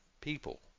people